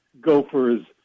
Gophers